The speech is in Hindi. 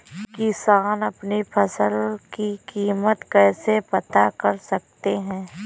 किसान अपनी फसल की कीमत कैसे पता कर सकते हैं?